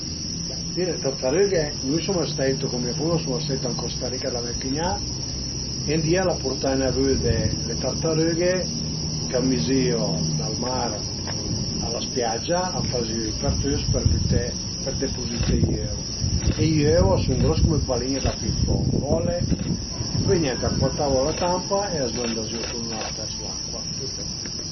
Be le tartarüghe nui suma stait cun mia fun-a suma stait ën Costa Rica da me cügnà e ün di a l'a purtane a vëde le tartarüghe ch'a vnizìo dal mar a la spiagia, a fazìu i përtüs për büté për depuzité i öu e i öi a sun gros cume dë palin-e da ping pong, mole e pöi niente a cuatavu la tampa e a së n'andazìu turna vers l'acua, tüt li